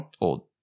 old